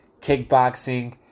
kickboxing